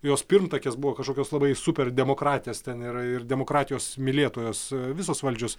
jos pirmtakės buvo kažkokios labai super demokratės ten ir ir demokratijos mylėtojos visos valdžios